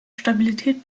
stabilität